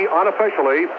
unofficially